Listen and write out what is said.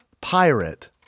Pirate